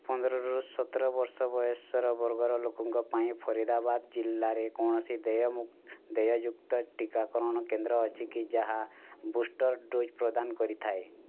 ପନ୍ଦରରୁ ସତର ବର୍ଷ ବୟସ ବର୍ଗର ଲୋକଙ୍କ ପାଇଁ ଫରିଦାବାଦ ଜିଲ୍ଲାରେ କୌଣସି ଦେୟମୁ ଦେୟଯୁକ୍ତ ଟିକାକରଣ କେନ୍ଦ୍ର ଅଛି କି ଯାହା ବୁଷ୍ଟର୍ ଡ଼ୋଜ୍ ପ୍ରଦାନ କରିଥାଏ